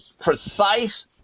precise